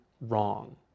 wrong